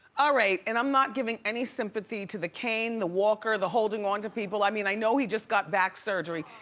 all right, and i'm not giving any sympathy to the cane, the walker, the holding on to people. i mean, i know he just got back surgery,